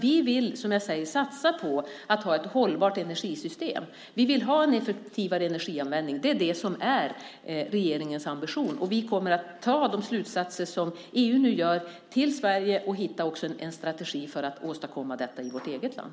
Vi vill satsa på att ha ett hållbart energisystem. Vi vill ha en effektivare energianvändning. Det är regeringens ambition. Vi kommer att ta de slutsatser som EU lägger fram till Sverige och hitta en strategi för att åstadkomma detta i vårt eget land.